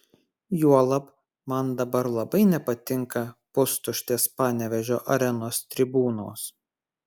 juolab man dabar labai nepatinka pustuštės panevėžio arenos tribūnos